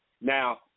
now